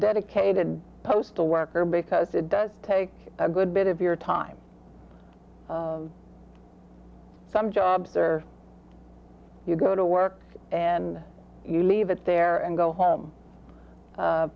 dedicated postal worker because it does take a good bit of your time some jobs are you go to work and you leave it there and go home